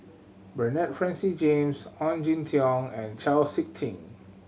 Bernard Francis James Ong Jin Teong and Chau Sik Ting